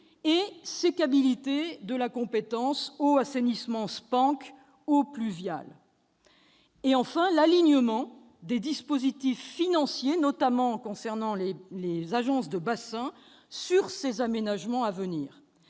; sécabilité de la compétence « eau-assainissement-SPANC-eaux pluviales »; enfin, alignement des dispositifs financiers, notamment concernant les agences de bassin, sur ces aménagements à venir.